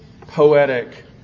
poetic